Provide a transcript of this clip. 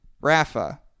Rafa